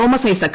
Thomas Isaac